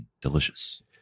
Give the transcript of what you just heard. Delicious